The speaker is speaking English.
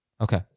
Okay